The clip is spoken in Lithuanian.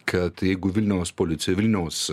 kad jeigu vilniaus policija vilniaus